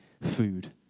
food